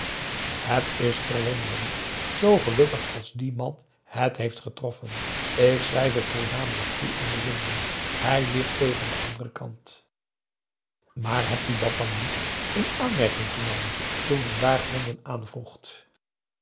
het is verwonderlijk zoo gelukkig als die man het heeft getroffen ik schrijf het voornamelijk toe aan de winden hij ligt tegen den anderen kant maar hebt u dat dan niet in aanmerking genomen toen u daar gronden